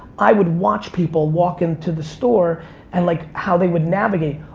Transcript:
i would watch people walk into the store and like how they would navigate.